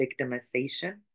victimization